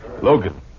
Logan